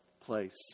place